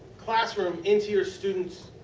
classroom into your students'